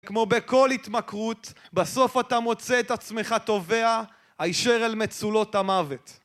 כמו בכל התמכרות, בסוף אתה מוצא את עצמך טובע הישר אל מצולות המוות.